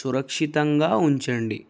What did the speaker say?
సురక్షితంగా ఉంచండి